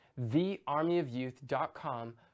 thearmyofyouth.com